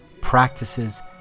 practices